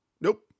nope